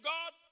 God